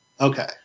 Okay